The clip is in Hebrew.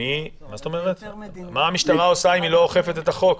מה המשטרה עושה אם היא לא אוכפת את החוק?